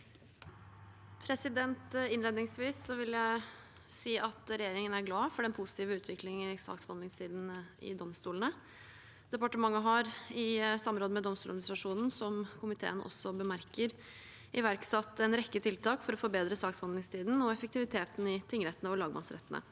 Innledningsvis vil jeg si at regjeringen er glad for den positive utviklingen i saksbehandlingstiden i domstolene. Departementet har i samråd med Domstoladministrasjonen, slik komiteen også bemerker, iverksatt en rekke tiltak for å forbedre saksbehandlingstiden og effektiviteten i tingrettene og lagmannsrettene.